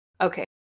okay